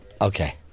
okay